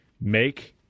Make